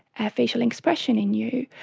a facial expression in you,